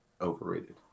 overrated